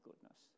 goodness